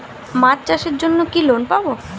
মাছ চাষের জন্য কি লোন পাব?